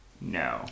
no